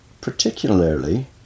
particularly